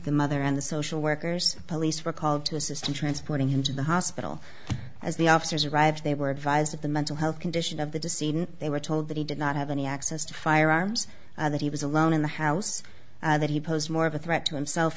the mother and the social workers police were called to assist in transporting him to the hospital as the officers arrived they were advised of the mental health condition of the deceased they were told that he did not have any access to firearms that he was alone in the house that he posed more of a threat to himself